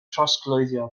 trosglwyddo